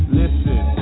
listen